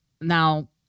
now